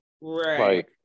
Right